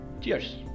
cheers